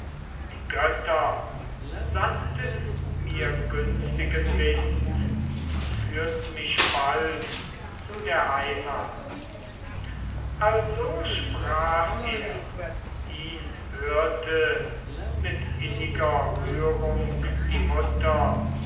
die götter sandten mir günstigen wind und führten mich bald zu der heimat also sprach er ihn hörte mit inniger rührung die mutter